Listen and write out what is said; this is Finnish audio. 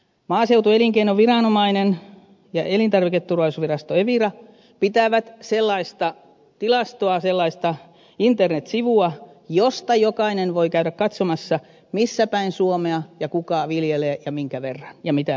maaseutuelinkeinoviranomainen ja elintarviketurvallisuusvirasto evira pitävät sellaista tilastoa sellaista internetsivua josta jokainen voi käydä katsomassa missäpäin suomea ja kuka viljelee ja minkä verran ja mitä viljelee